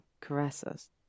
caresses